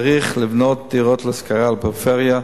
צריך לבנות דירות להשכרה בפריפריה.